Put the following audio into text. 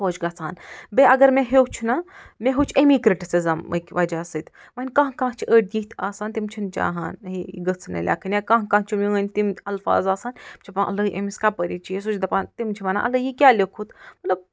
خۄش گَژھان بیٚیہِ اگر مےٚ ہیوٚچھ نا مےٚ ہیوٚچھ ایٚمی کِرٹسٕزٕمٕکۍ وجہ سۭتۍ وَنہِ کانٛہہ کانٛہہ چھِ ٲڑۍ یِتھۍ آسان تِم چھِنہٕ چاہان ہے یہِ گٔژھ نہٕ لٮ۪کھٕنۍ یا کانٛہہ کانٛہہ چھُ میٲنۍ تِم الفاظ آسان چھِ الٲے أمِس کپٲرۍ یہِ چیٖز سُہ چھُ دَپان تِم چھِ وَنان اَلٲے یہِ کیٛاہ لیوٚکھُت مطلب